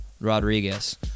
Rodriguez